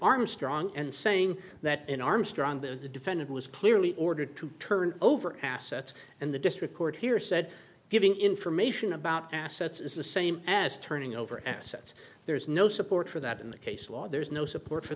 armstrong and saying that in armstrong the defendant was clearly ordered to turn over assets and the district court here said giving information about assets is the same as turning over assets there is no support for that in the case law there is no support for